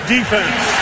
Defense